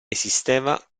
esisteva